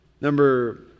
Number